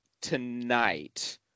tonight